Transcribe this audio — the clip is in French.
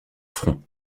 front